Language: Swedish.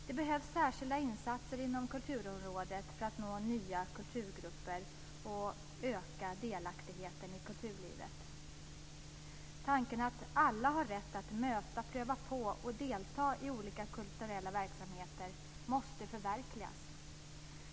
Det behövs särskilda insatser inom kulturområdet för att nå nya kulturgrupper och öka delaktigheten i kulturlivet. Tanken att alla har rätt att möta, pröva på och delta i olika kulturella verksamheter måste förverkligas.